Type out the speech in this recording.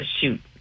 shoot